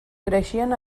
creixien